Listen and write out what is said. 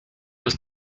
des